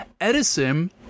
Edison